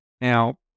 Now